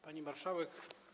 Pani Marszałek!